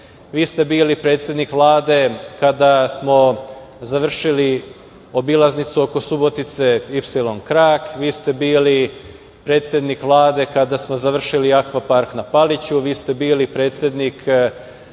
Vi ste bili predsednik Vlade kada smo završili obilaznicu oko Subotice „Ipsilon krak“. Vi ste bili predsednik Vlade kada smo završili Akva park na Paliću. Vi ste bili predsednik